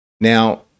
Now